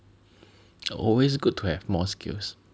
always good to have more skills